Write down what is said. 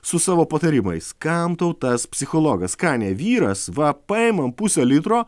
su savo patarimais kam tau tas psichologas ką ne vyras va paimam pusę litro